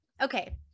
Okay